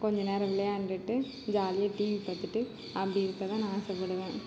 கொஞ்ச நேரம் விளையாண்டுட்டு ஜாலியாக டிவி பார்த்துட்டு அப்படி இருக்கதான் நான் ஆசைப்படுவேன்